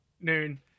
Noon